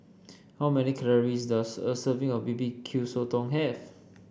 how many calories does a serving of B B Q Sotong have